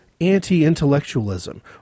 anti-intellectualism